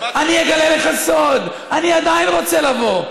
אני אגלה לך סוד: אני עדיין רוצה לבוא.